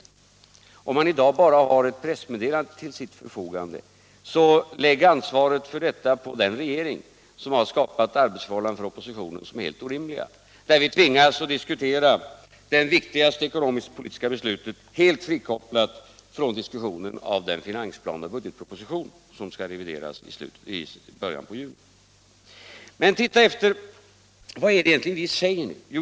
Om herr Molin i dag bara har ett pressmeddelande till sitt förfogande, lägg då ansvaret för detta på den regering som har skapat arbetsförhållanden för oppositionen som är helt orimliga och som medför att vi tvingas föra diskussionen om det viktigaste ekonomisk-politiska beslutet helt frikopplad från diskussionen om finansplanen och budgetpropositionen, som skall ske i början av juni. Titta efter vad vi egentligen säger!